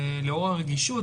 ולאור הרגישות,